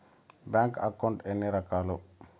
bank account ఎన్ని రకాలు